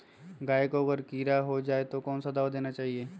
गाय को अगर कीड़ा हो जाय तो कौन सा दवा देना चाहिए?